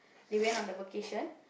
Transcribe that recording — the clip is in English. they went on a vacation